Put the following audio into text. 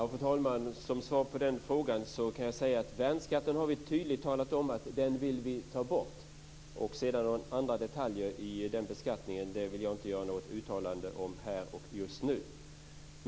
Fru talman! Som svar på den frågan kan jag säga att vi tydligt talat om att vi vill ta bort den skatten. Andra detaljer i den beskattningen vill jag inte göra något uttalande om här och nu.